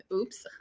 Oops